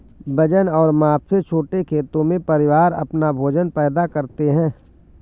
वजन और माप से छोटे खेतों में, परिवार अपना भोजन पैदा करते है